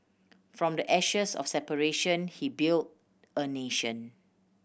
from the ashes of separation he built a nation